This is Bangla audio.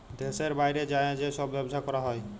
দ্যাশের বাইরে যাঁয়ে যে ছব ব্যবছা ক্যরা হ্যয়